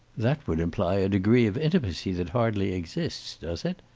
that would imply a degree of intimacy that hardly exists, does it?